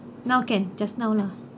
now can just now lah